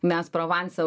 mes provanse